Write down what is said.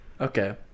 Okay